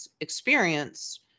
experience